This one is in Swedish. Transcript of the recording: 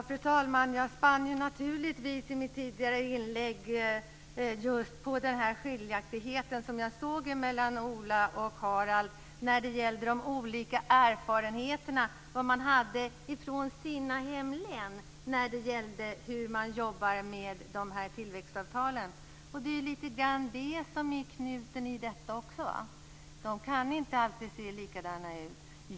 Fru talman! I mitt tidigare inlägg spann jag just på den skiljaktighet som jag såg mellan Ola och Harald när det gäller olika erfarenheter från respektive hemlän av hur man jobbar med tillväxtavtalen. Det är lite grann det som är knuten också i detta. De kan inte alltid se likadana ut.